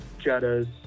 Jettas